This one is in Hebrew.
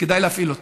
כדאי להפעיל אותו.